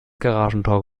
garagentor